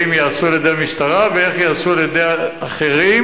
ייעשו על-ידי המשטרה ואיך ייעשו על-ידי האחרים,